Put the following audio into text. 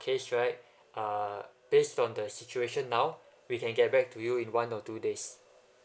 case right uh based on the situation now we can get back to you in one or two days